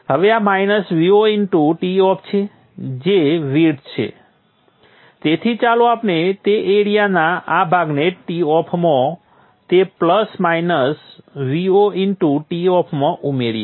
હવે આ minus Vo into Toff છે કે જે વિડ્થ છે તેથી ચાલો આપણે તે એરિઆના આ ભાગને Toff માં તે plus minus Vo into Toff માં ઉમેરીએ